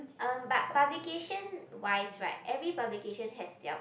um but publication wise right every publication has their